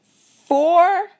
four